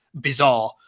bizarre